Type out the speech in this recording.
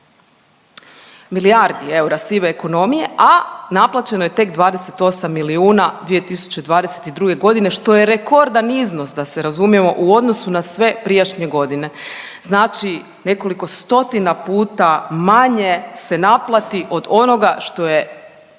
milijardi eura sive ekonomije, a naplaćeno je tek 28 milijuna 2022.g., što je rekordan iznos da se razumijemo u odnosu na sve prijašnje godine. Znači nekoliko stotina puta manje se naplati od onoga što je